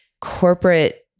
corporate